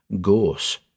gorse